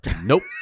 Nope